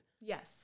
yes